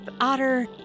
Otter